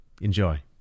Enjoy